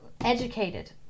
educated